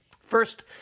First